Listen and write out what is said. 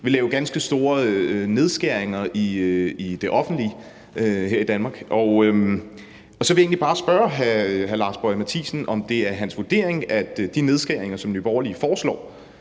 vil medføre ganske store nedskæringer i det offentlige her i Danmark. Jeg vil egentlig bare spørge hr. Lars Boje Mathiesen, om det er hans vurdering, at de nedskæringer, som Nye Borgerlige foreslår,